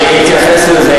אני אתייחס לזה.